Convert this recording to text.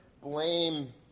blame